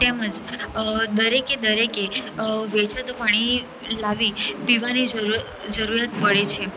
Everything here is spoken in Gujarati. તેમજ દરેકે દરેકે વેચાતું પાણી લાવી પીવાની જરુતિયાત પડે છે